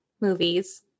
movies